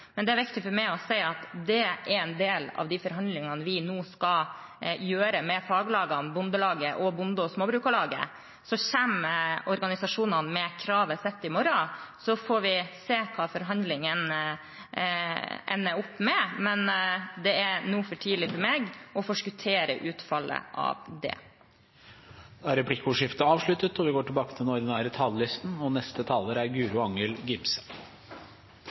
men det er viktig for meg å si at det er en del av de forhandlingene vi nå skal gjøre med faglagene: Bondelaget og Bonde- og småbrukarlaget. Organisasjonene kommer med kravet sitt i morgen, og så får vi se hva forhandlingene ender med. Men det er nå for tidlig for meg å forskuttere utfallet av det. Replikkordskiftet er avsluttet. Vi befinner oss i en ekstraordinær situasjon. Det er en urolig verden rundt oss, og